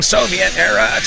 Soviet-era